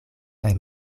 kaj